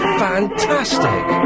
fantastic